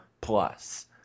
plus